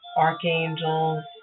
archangels